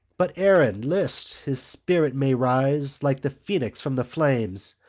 but erin, list, his spirit may rise, like the phoenix from the flames,